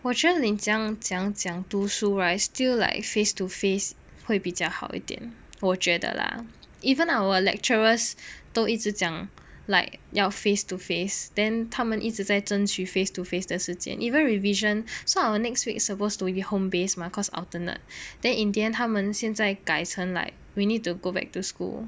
我觉得你这样讲讲读书 right still like face to face 会比较好一点我觉得 lah even our lecturers 都一直讲 like 要 face to face then 他们一直在争取 face to face 的时间 even revision so our next week supposed to be home based mah cause alternate then in the end 他们现在改成 like we need to go back to school